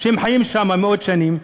והם חיים שם מאות שנים.